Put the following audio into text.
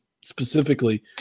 specifically